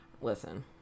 listen